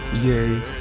Yay